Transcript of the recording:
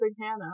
Hannah